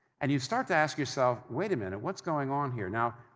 and you start to ask yourself, wait a minute, what's going on here? now,